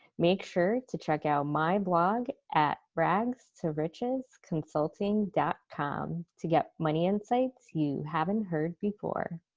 make sure to check out my blog at ragstorichesconsulting dot com to get money insights you haven't heard before.